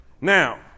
Now